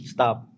Stop